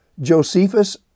Josephus